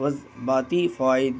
جذباتی فوائد